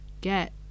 get